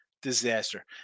Disaster